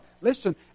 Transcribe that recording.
Listen